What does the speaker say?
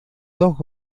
dos